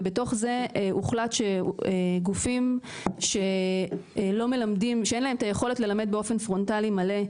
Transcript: ובתוך זה הוחלט שגופים שאין להם היכולת ללמד באופן פרונטלי מלא,